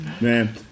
man